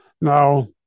now